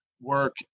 work